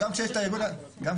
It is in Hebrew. גם כשיש את הארגון היציג,